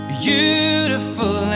beautiful